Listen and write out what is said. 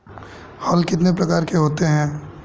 हल कितने प्रकार के होते हैं?